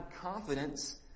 confidence